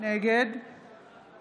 נגד